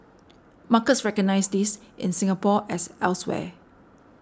markets recognise this in Singapore as elsewhere